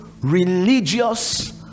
religious